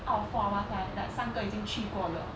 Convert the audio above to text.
out of four of us like like 三个已经去过了